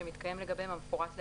שמתקיים לגביהם המפורט להלן,